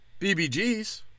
BBGs